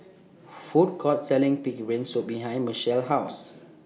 Food Court Selling Pig'S Brain Soup behind Mechelle's House